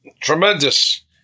Tremendous